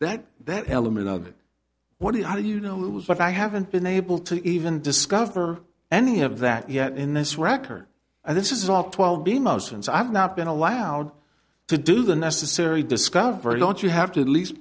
that that element of it what do you know it was but i haven't been able to even discover any of that yet in this record and this is all twelve b motions i have not been allowed to do the necessary discovery don't you have to at least